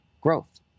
growth